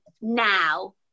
now